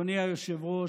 אדוני היושב-ראש,